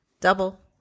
double